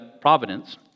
providence